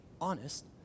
honest